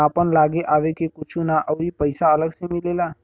आपन लागे आवे के कुछु ना अउरी पइसा अलग से मिलेला